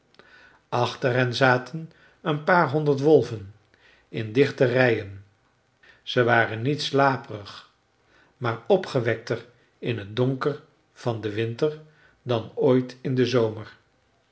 achter hen zaten een paar honderd wolven in dichte rijen ze waren niet slaperig maar opgewekter in het donker van den winter dan ooit in den zomer